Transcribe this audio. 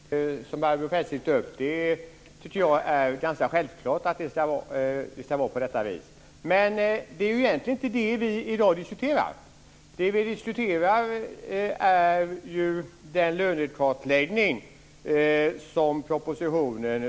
Fru talman! Att en kvinnlig chef ska ha samma möjligheter som en manlig, som Barbro Feltzing tog upp, tycker jag är självklart. Men det är egentligen inte det vi i dag diskuterar. Det vi diskuterar är den lönekartläggning som föreslås i propositionen.